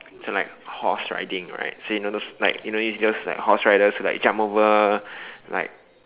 so like horse riding right so you know those like you know those horse riders will like jump over like